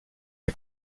est